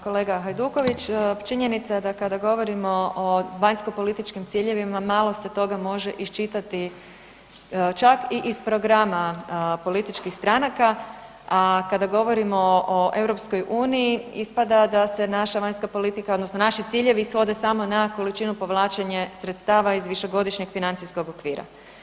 Kolega Hajduković, činjenica je da kada govorimo o vanjsko-političkim ciljevima, malo se toga može iščitati čak i iz programa političkih stranaka a kada govorimo o EU-u, ispada da se naša vanjska politika odnosno naši ciljevi svode samo na količinu povlačenja sredstava iz višegodišnjeg financijskog okvira.